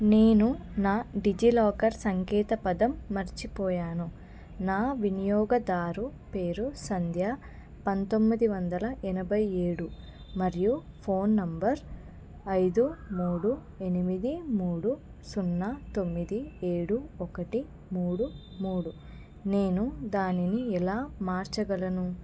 నేను నా డిజిలాకర్ సంకేతపదం మరచిపోయాను నా వినియోగదారుని పేరు సంధ్యా పంతొమ్మిది వందల ఎనభై ఏడు మరియు ఫోన్ నెంబర్ ఐదు మూడు ఎనిమిది మూడు సున్నా తొమ్మిది ఏడు ఒకటి మూడు మూడు నేను దానిని ఎలా మార్చగలను